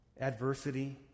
Adversity